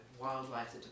wildlife